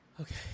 Okay